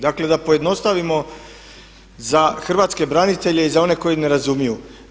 Dakle, da pojednostavimo za hrvatske branitelje i za one koji ne razumiju.